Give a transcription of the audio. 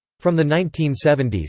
from the nineteen seventy s,